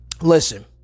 Listen